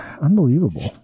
Unbelievable